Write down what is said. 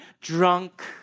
drunk